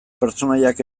pertsonaiak